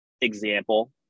example